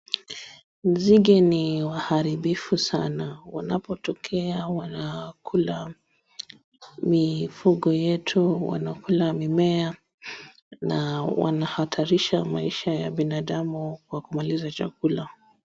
Nzige ni waharibifu sana, wanapotokea wanakula mifugo yetu, wanakula mimea na wanahatarisha maisha ya binadamu kwa kumaliza chakula.